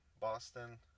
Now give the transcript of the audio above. Boston